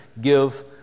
Give